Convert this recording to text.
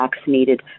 vaccinated